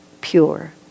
pure